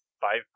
five